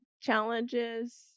challenges